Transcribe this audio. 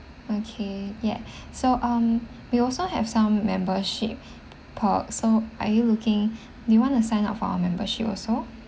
okay yes so um we also have some membership perk so are you looking do you want to sign of our membership also